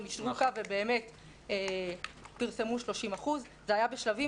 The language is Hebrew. יישרו קו ובאמת פרסמו 30%. זה היה בשלבים,